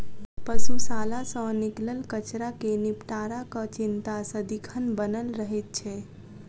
पशुशाला सॅ निकलल कचड़ा के निपटाराक चिंता सदिखन बनल रहैत छै